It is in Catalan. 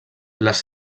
les